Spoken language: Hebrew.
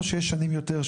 או שיש שנים יותר,